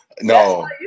no